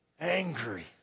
Angry